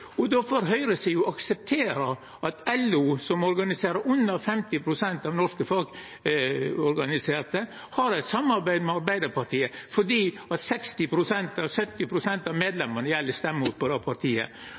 Då får høgresida akseptera at LO, som organiserer under 50 pst. av norske fagorganiserte, har eit samarbeid med Arbeidarpartiet fordi 60–70 pst. av medlemene stemmer på det partiet.